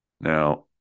Now